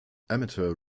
amateur